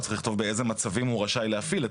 הוא צריך לכתוב באיזה מצבים הוא רשאי להפעיל.